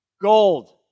Gold